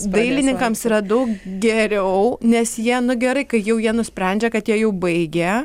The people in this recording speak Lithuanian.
dailininkams yra daug geriau nes jie nu gerai kai jau jie nusprendžia kad jie jau baigė